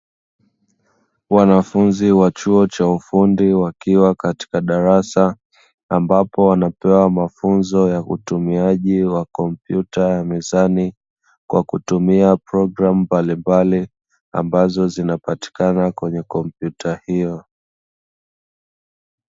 Wanafunzi wa chuo cha ufundi wakiwa katika darasa, ambapo wanapewa mafunzo ya utumiaji wa kompyuta ya mezani. Kwa kutumia programu mbalimbali ambazo zinapatikana kwenye kompyuta hiyo.